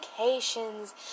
vacations